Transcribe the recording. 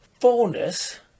fullness